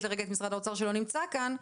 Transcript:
לרגע את משרד האוצר שלא נמצא כאן,